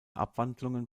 abwandlungen